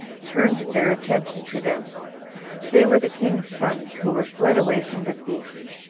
turned their attention to them they were the king's sons, who were fled away from the feast.